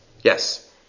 Yes